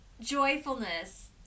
joyfulness